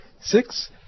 Six